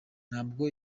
ntabwo